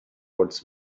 words